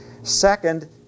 Second